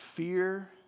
Fear